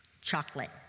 Chocolate